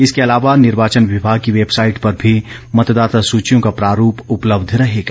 इसके अलावा निर्वाचन विभाग की वैबसाइट पर भी मतदाता सुचियों का प्रारूप उपलब्ध रहेगा